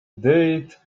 date